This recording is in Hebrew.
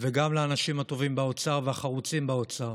וגם לאנשים הטובים באוצר והחרוצים באוצר,